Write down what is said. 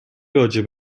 راجع